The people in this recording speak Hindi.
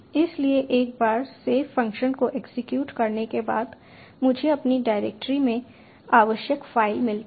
इसलिए एक बार सेव फ़ंक्शन को एग्जीक्यूट करने के बाद मुझे अपनी डायरेक्टरी में आवश्यक फ़ाइल मिलती है